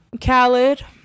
Khaled